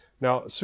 Now